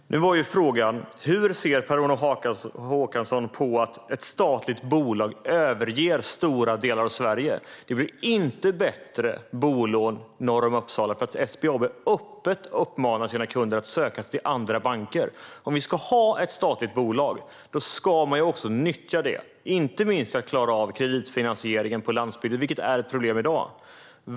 Herr talman! Nu var ju frågan: Hur ser Per-Arne Håkansson på att ett statligt bolag överger stora delar av Sverige? Det blir inte bättre bolån norr om Uppsala för att SBAB öppet uppmanar sina kunder att söka sig till andra banker. Om vi ska ha ett statligt bolag ska vi också nyttja det, inte minst för att klara av kreditfinansieringen på landsbygden. Detta är ett problem i dag.